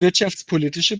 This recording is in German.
wirtschaftspolitische